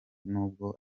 nubwo